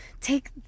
take